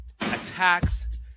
attacks